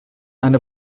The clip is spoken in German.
eine